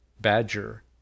badger